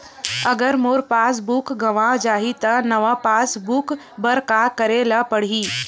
अगर मोर passbook गवां जाहि त नवा पास बुक बर का करे ल पड़हि?